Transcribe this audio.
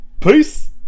Peace